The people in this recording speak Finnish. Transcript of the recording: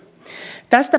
tästä